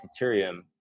deuterium